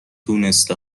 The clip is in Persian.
دونسته